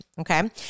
okay